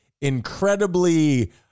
incredibly